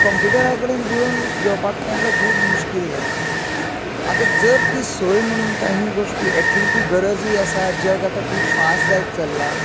काॅम्प्युटरा कडेन जुळोवन घेवपाक तेंकां खूब मुश्किल जाता आता जर ती सोय म्हणून काही गोश्टी एक्च्युली ती गरजूय आसा जग आता खूब फास्ट जायत चल्लां